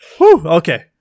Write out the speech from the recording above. okay